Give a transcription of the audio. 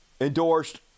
Endorsed